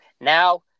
now